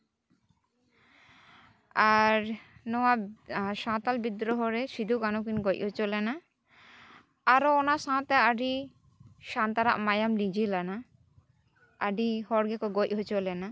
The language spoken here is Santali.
ᱟᱨ ᱱᱚᱣᱟ ᱥᱟᱶᱛᱟᱞ ᱵᱤᱫᱽᱨᱳᱦᱚ ᱨᱮ ᱥᱤᱫᱩ ᱠᱟᱱᱩ ᱠᱤᱱ ᱜᱚᱡ ᱦᱚᱪᱚ ᱞᱮᱱᱟ ᱟᱨᱚ ᱚᱱᱟ ᱥᱟᱶᱛᱮ ᱟᱹᱰᱤ ᱥᱟᱱᱛᱟᱲᱟᱜ ᱢᱟᱭᱟᱢ ᱞᱤᱸᱡᱤ ᱞᱮᱱᱟ ᱟᱹᱰᱤ ᱦᱚᱲᱜᱮᱠᱚ ᱜᱚᱡ ᱦᱚᱪᱚ ᱞᱮᱱᱟ